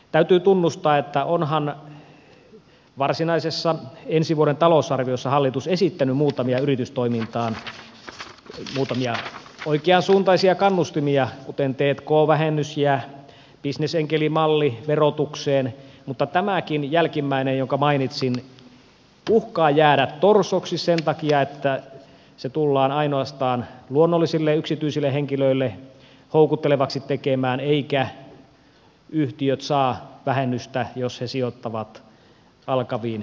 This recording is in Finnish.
täytyy tunnustaa että onhan varsinaisessa ensi vuoden talousarviossa hallitus esittänyt yritystoimintaan muutamia oikeansuuntaisia kannustimia kuten t k vähennyksen ja bisnesenkelimallin verotukseen mutta tämä jälkimmäinenkin jonka mainitsin uhkaa jäädä torsoksi sen takia että se tullaan tekemään houkuttelevaksi ainoastaan luonnollisille yksityisille henkilöille eivätkä yhtiöt saa vähennystä jos ne sijoittavat alkaviin yrityksiin